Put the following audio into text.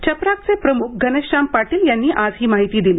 चपराकचे प्रमुख घनश्याम पाटील यांनी आज ही माहिती दिली